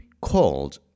called